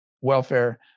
welfare